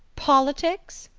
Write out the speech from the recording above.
politics?